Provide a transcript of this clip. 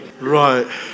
right